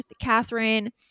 Catherine